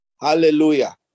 Hallelujah